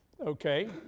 Okay